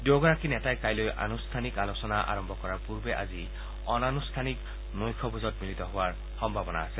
দুয়োগৰাকী নেতাই কাইলৈ আনুঠানিক আলোচনা আৰম্ভ কৰাৰ পূৰ্বে আজি অনানুঠানিকভাৱে নৈশ ভোজত মিলিত হোৱাৰ সম্ভাৱনা আছে